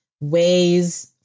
ways